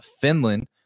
Finland